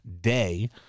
day